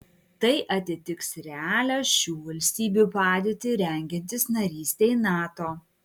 tai atitiks realią šių valstybių padėtį rengiantis narystei nato